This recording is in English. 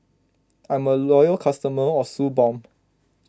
I'm a loyal customer of Suu Balm